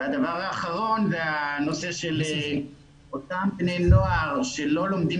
הדבר האחרון זה הנושא של אותם בני נוער שלא לומדים